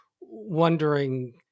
wondering